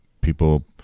people